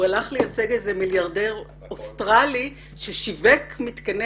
הוא הלך לייצג איזה מיליארדר אוסטרלי ששיווק מתקני